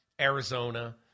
Arizona